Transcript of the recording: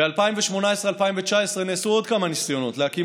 ב-2018 2019 נעשו עוד כמה ניסיונות להקים